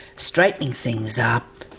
straightening things up,